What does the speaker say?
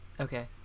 Okay